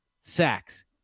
sacks